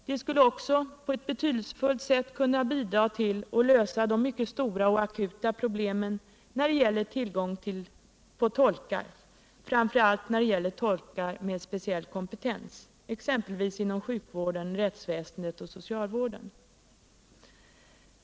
Det skulle också på ewt betydelsefullt sätt kunna bidra till att lösa de mycket stora och akuta problemen när det gäller tillgången på tolkar, framför allt tolkar med speciell kompetens, exempelvis inom sjukvården, rättsväsendet och socialvården.